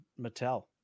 Mattel